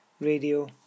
radio